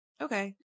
Okay